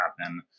happen